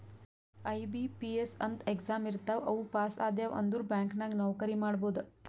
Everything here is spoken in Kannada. ಐ.ಬಿ.ಪಿ.ಎಸ್ ಅಂತ್ ಎಕ್ಸಾಮ್ ಇರ್ತಾವ್ ಅವು ಪಾಸ್ ಆದ್ಯವ್ ಅಂದುರ್ ಬ್ಯಾಂಕ್ ನಾಗ್ ನೌಕರಿ ಮಾಡ್ಬೋದ